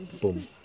Boom